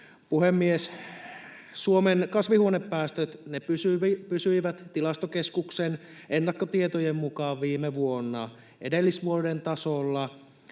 Suomen kasvihuonepäästöt pysyivät Tilastokeskuksen ennakkotietojen mukaan viime vuonna edellisvuoden tasolla.